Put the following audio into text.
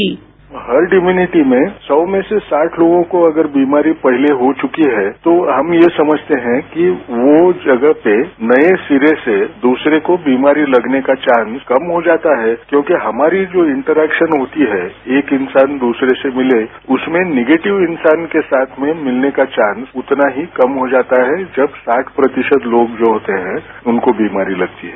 sound bite herd immunity में सौ में से साठ लोगों को अगर बीमारी पहले हो चुकी है तो हम ये समझते हैं कि वो जगह पर नए सिरे से दूसरे को बीमारी लगने का चांस कम हो जाता है क्योंकि हमारी जो इंटरेक्शन होती है एक इंसान दूसरे से मिले उसमें निगेटिव इंसान के साथ में मिलने का चांस उतना ही कम हो जाता है जब साठ प्रतिशत लोग जो होते हैं उनको बीमारी लगती है